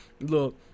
Look